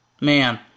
man